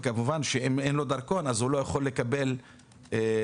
כמובן שאם אין לו דרכון, הוא לא יכול לקבל אשרה.